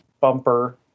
bumper